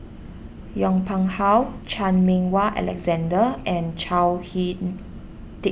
Yong Pung How Chan Meng Wah Alexander and Chao He